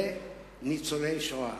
לניצולי השואה.